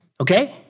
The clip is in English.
Okay